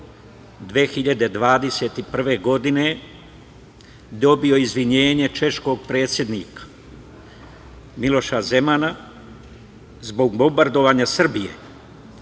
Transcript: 2021. godine dobio izvinjenje češkog predsednika Miloša Zemana zbog bombardovanja Srbije.